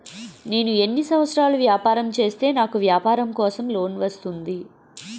నేను ఎన్ని సంవత్సరాలు వ్యాపారం చేస్తే నాకు వ్యాపారం కోసం లోన్ వస్తుంది?